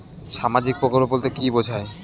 সামাজিক প্রকল্প বলতে কি বোঝায়?